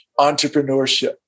entrepreneurship